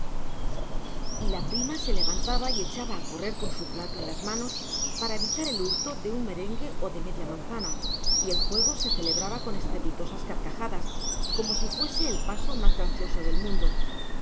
y la prima se levantaba y echaba a correr con su plato en las manos para evitar el hurto de un merengue o de media manzana y el juego se celebraba con estrepitosas carcajadas como si fuese el paso más gracioso del mundo